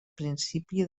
principi